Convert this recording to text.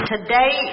Today